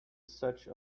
such